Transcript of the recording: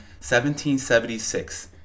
1776